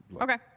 Okay